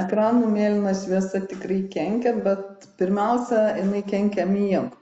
ekranų mėlyna šviesa tikrai kenkia bet pirmiausia jinai kenkia miegui